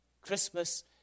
Christmas